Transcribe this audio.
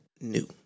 new